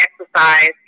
exercise